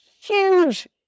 huge